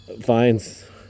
finds